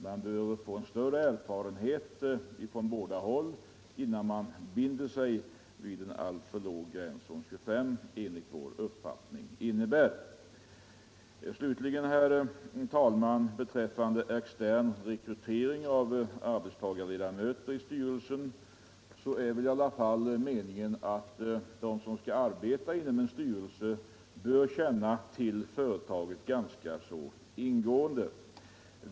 Man bör få större erfarenhet på båda hållen, innan man binder sig vid en alltför låg gräns, som 25 anställda enligt vår uppfattning innebär. Herr talman! Beträffande extern rekrytering av arbetstagarledamöter i styrelsen bör de som skall arbeta inom en styrelse känna till företaget ganska ingående.